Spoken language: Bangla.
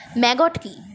ম্যাগট কি?